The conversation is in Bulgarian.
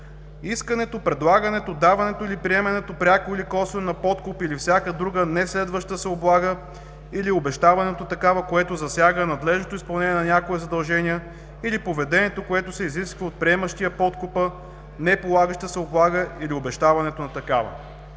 „Искането, предлагането, даването или приемането пряко или косвено на подкуп или всяка друга неследваща се облага или обещаването на такава, което засяга надлежното изпълнение на някои задължения или поведението, което се изисква от приемащия подкупа, не полагаща се облага или обещаването на такава.“